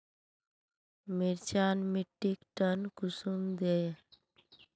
मिर्चान मिट्टीक टन कुंसम दिए?